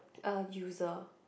a user